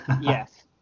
Yes